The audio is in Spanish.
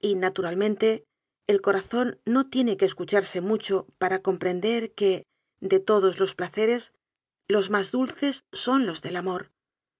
y naturalmente el corazón no tiene que escucharse mucho para comprender que de todos los placeres los más dulces son los del amor